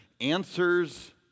answers